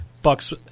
Bucks